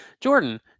Jordan